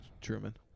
Truman